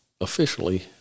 officially